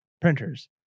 printers